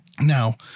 Now